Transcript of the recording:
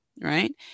right